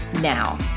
now